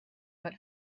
but